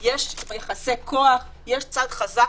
חברת הכנסת כסיף,